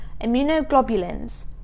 immunoglobulins